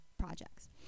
Projects